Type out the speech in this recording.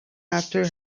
after